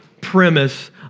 premise